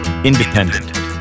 Independent